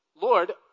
Lord